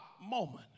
moment